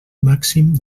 màxim